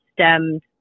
stemmed